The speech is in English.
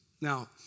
Now